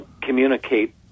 communicate